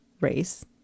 race